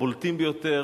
הבולטים ביותר,